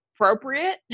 appropriate